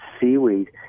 seaweed